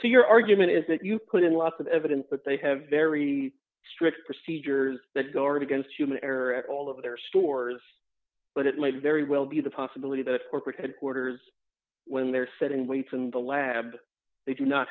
so your argument is that you put in lots of evidence that they have very strict procedures that go against human error at all of their stores but it might very well be the possibility that corporate headquarters when they're sitting waits in the lab they do not